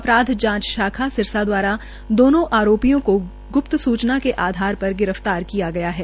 अपराध जांच शाखा सिरसा दवारा दोनों आरोपियों को ग्प्त सूचना के आधार पर गिरफतार किया गया है